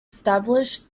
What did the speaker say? established